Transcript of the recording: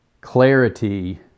clarity